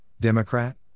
Democrat